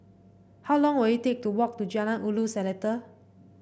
how long will it take to walk to Jalan Ulu Seletar